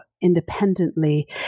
independently